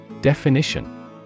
Definition